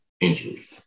injury